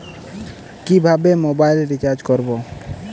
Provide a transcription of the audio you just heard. কিভাবে mobile recharge করব?